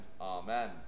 Amen